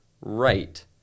right